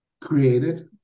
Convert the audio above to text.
created